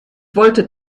wollte